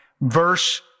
verse